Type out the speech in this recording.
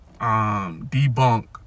debunk